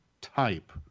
type